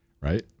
Right